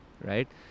right